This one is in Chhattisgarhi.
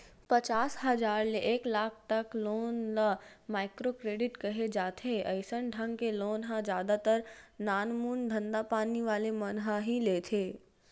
पचास हजार ले एक लाख तक लोन ल माइक्रो क्रेडिट केहे जाथे अइसन ढंग के लोन ल जादा तर नानमून धंधापानी वाले मन ह ही लेथे